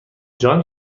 جان